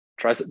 try